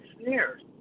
snares